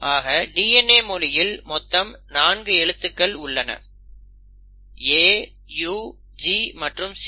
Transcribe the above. ஆக DNA மொழியில் மொத்தம் நான்கு எழுத்துக்கள் உள்ளன A U G மற்றும் C